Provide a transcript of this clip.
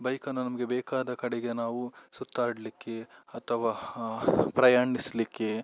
ಬೈಕನ್ನ ನಮಗೆ ಬೇಕಾದ ಕಡೆಗೆ ನಾವು ಸುತ್ತಾಡಲಿಕ್ಕೆ ಅಥವಾ ಹಾಂ ಪ್ರಯಾಣಿಸಲಿಕ್ಕೆ